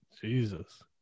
Jesus